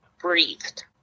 breathed